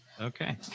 okay